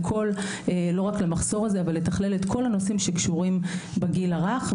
לא רק למחסור הזה אלא לתכלל את כל הנושאים שקשורים בגיל הרך.